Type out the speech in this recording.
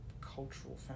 cultural